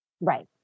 Right